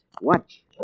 Watch